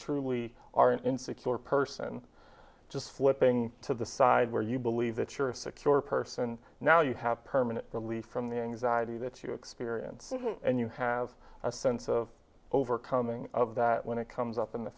truly are an insecure person just slipping to the side where you believe that you're secure person now you have permanent relief from the anxiety that you experience and you have a sense of overcoming of that when it comes up in the